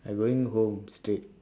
I going home straight